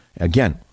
Again